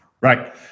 Right